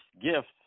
gifts